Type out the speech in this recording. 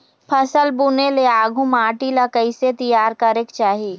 फसल बुने ले आघु माटी ला कइसे तियार करेक चाही?